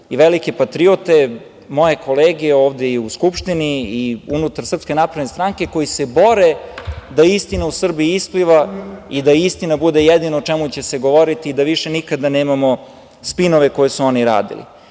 i velike patriote, moje kolege ovde i u Skupštini i unutar SNS koji se bore da istina u Srbiji ispliva i da istina bude jedino o čemu će se govoriti i da više nikada nemamo spinove koje su oni radili. Siguran